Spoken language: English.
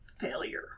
failure